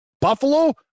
Buffalo